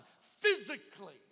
physically